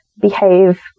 behave